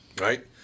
Right